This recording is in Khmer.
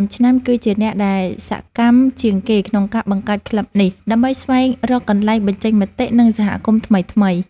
៥ ឆ្នាំ គឺជាអ្នកដែលសកម្មជាងគេក្នុងការបង្កើតក្លឹបនេះ ដើម្បីស្វែងរកកន្លែងបញ្ចេញមតិ និងសហគមន៍ថ្មីៗ។